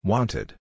Wanted